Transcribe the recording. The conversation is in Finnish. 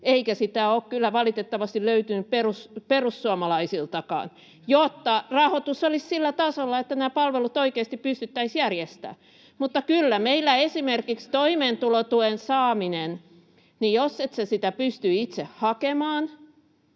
eikä sitä ole kyllä valitettavasti löytynyt perussuomalaisiltakaan, jotta rahoitus olisi sillä tasolla, että nämä palvelut oikeasti pystyttäisiin järjestämään. [Leena Meren välihuuto] Mutta jos sinä et esimerkiksi pysty meillä